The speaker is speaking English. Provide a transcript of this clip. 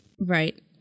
Right